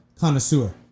connoisseur